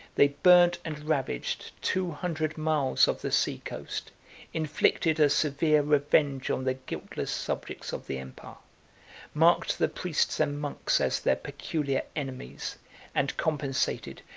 they burnt and ravaged two hundred miles of the sea-coast inflicted a severe revenge on the guiltless subjects of the empire marked the priests and monks as their peculiar enemies and compensated,